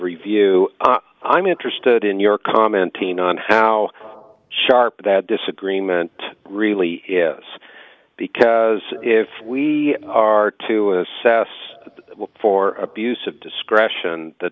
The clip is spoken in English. review i'm interested in your commenting on how sharp that disagreement really is because if we are to assess for abuse of discretion th